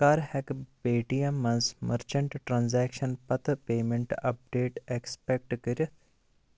کَر ہٮ۪کہٕ Paytm منٛز مٔرچنٹ ٹرٛانزیکشن پتہٕ پیمٮ۪نٛٹ اَپ ڈیٹ ایکسپٮ۪کٹ کٔرِتھ